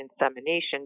insemination